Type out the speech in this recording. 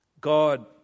God